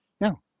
No